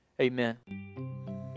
Amen